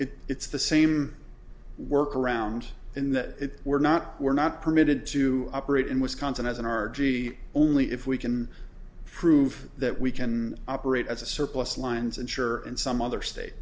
if it's the same work around in that we're not we're not permitted to operate in wisconsin as an r g b only if we can prove that we can operate as a surplus lines insure in some other state